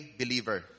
believer